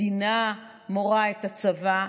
מדינה מורה לצבא.